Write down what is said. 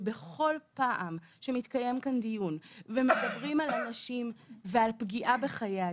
שבכל פעם שמתקיים כאן דיון ומדברים על אנשים ועל פגיעה בחיי אדם,